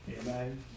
Amen